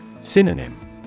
Synonym